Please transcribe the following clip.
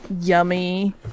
yummy